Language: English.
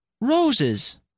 Roses